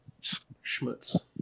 Schmutz